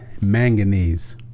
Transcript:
manganese